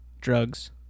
Drugs